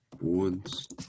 Wood's